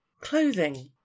Clothing